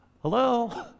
hello